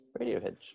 Radiohead